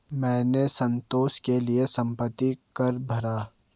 मैंने संतोष के लिए संपत्ति कर भरा